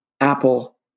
Apple